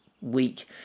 week